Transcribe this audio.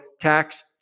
tax